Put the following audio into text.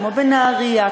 כמו בנהריה,